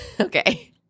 Okay